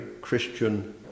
Christian